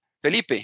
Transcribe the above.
Felipe